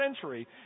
century